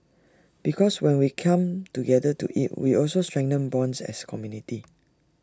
because when we come together to eat we also strengthen bonds as community